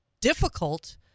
difficult